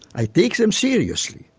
i take them seriously.